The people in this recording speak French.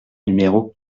numéro